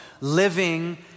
Living